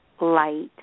Light